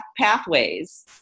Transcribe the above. pathways